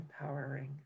empowering